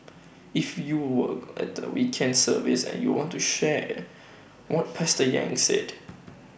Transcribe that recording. if you were at the weekend service and you want to share what pastor yang said